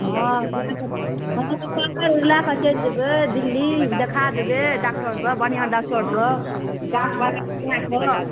हँ लए कऽ हँ लए कऽ चलि जेबै दिल्ली देखा देबै डॉक्टरसँ बढ़िआँ डॉक्टरसँ जाँच परख कए कऽ